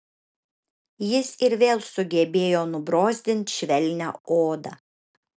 jis ir vėl sugebėjo nubrozdint švelnią odą